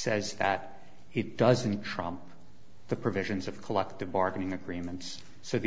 says that it doesn't trump the provisions of collective bargaining agreements so the